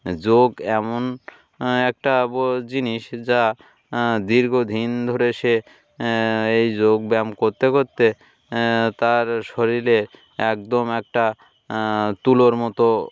যোগ এমন একটা জিনিস যা দীর্ঘদিন ধরে সে এই যোগব্যায়াম করতে করতে তার শরীরে একদম একটা তুলোর মতো